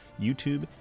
YouTube